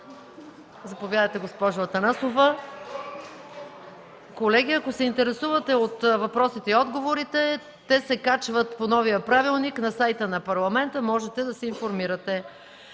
Заповядайте, госпожо Атанасова. (Шум и реплики.) Колеги, ако се интересувате от въпросите и отговорите – те се качват по новия правилник на сайта на Парламента. Можете да се информирате.